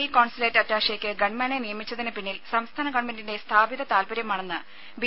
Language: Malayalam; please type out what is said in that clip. ഇ കോൺസുലേറ്റ് അറ്റാഷെയ്ക്ക് ഗൺമാനെ നിയമിച്ചതിന് പിന്നിൽ സംസ്ഥാന ഗവൺമെന്റിന്റെ സ്ഥാപിത താല്പര്യമാണെന്ന് ബി